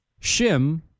Shim